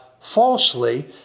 falsely